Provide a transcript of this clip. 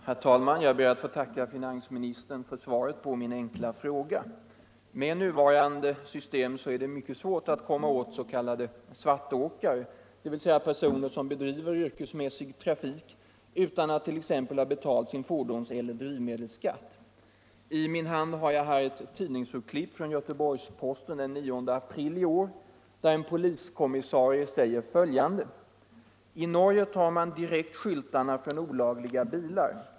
Herr talman! Jag ber att få tacka finansministern för svaret på min fråga. Med nuvarande system är det mycket svårt att komma åt s.k. svartåkare, dvs. personer som bedriver yrkesmässig trafik utan att t.ex. ha betalt sin fordonseller drivmedelsskatt. I min hand har jag ett tidningsurklipp från Göteborgs-Posten den 9 april i år, där en poliskommissarie säger följande: ”I Norge tar man direkt skyltarna från olagliga bilar.